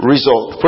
Result